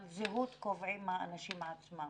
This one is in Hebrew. את הזהות קובעים האנשים עצמם